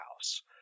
house